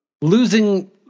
losing